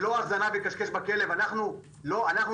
ולא הזנב יכשכש בכלב.